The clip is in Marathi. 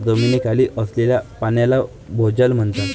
जमिनीखाली असलेल्या पाण्याला भोजल म्हणतात